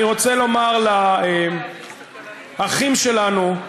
אני רוצה לומר לאחים שלנו,